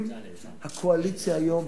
הקואליציה היום,